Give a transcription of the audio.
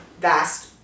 vast